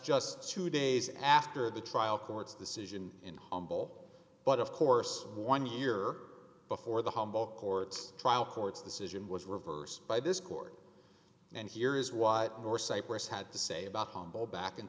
just two days after the trial court's decision in on ball but of course one year before the humble court's trial court's decision was reversed by this court and here is what more cypress had to say about homo back in